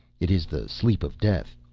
it is the sleep of death.